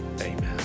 amen